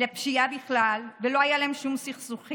לפשיעה בכלל, ולא היו להם שום סכסוכים.